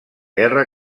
guerra